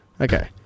Okay